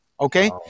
okay